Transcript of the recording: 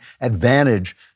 advantage